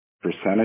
percentage